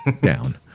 down